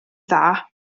dda